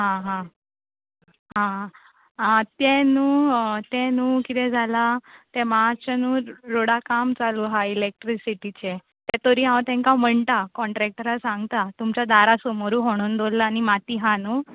आ हा आ आ तें न्हू तें न्हू किदें जालां तें मातशें न्हू रोडा काम चालू हा इलॅक्ट्रिसिटीचें तें तोरी हांव तांकां म्हणटा कॉण्ट्रॅक्टरा सांगता तुमच्या दारा समोरू खणून दवरल्लां न्ही माती हा न्हू